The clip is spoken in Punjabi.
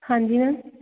ਹਾਂਜੀ ਮੈਮ